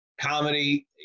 comedy